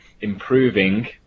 improving